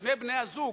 כששני בני-הזוג,